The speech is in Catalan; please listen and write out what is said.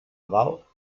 dalt